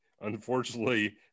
unfortunately